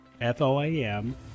F-O-A-M